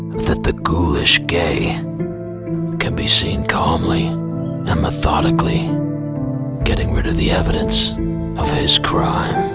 that the ghoulish gay can be seen calmly and methodically getting rid of the evidence of his crime